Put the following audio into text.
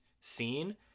scene